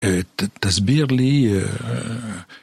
אה... תסביר לי...